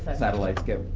ah satellites get.